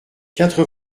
quatre